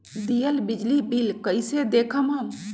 दियल बिजली बिल कइसे देखम हम?